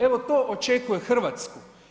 Evo to očekuje Hrvatsku.